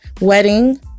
wedding